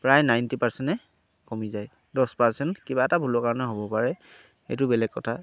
প্ৰায় নাইনটি পাৰ্চেণ্টে নে কমি যায় দহ পাৰ্চেণ্ট কিবা এটা ভুলৰ কাৰণে হ'ব পাৰে এইটো বেলেগ কথা